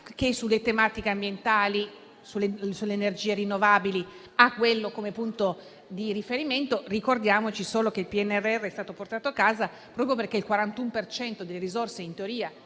sulle tematiche ambientali, sulle energie rinnovabili, che l'hanno come punto di riferimento. Ricordiamoci solo che il PNRR è stato portato a casa proprio perché con il 41 per cento delle risorse, in teoria